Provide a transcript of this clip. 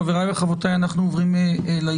חבריי וחברותיי, אנחנו עוברים להסתייגויות.